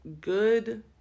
good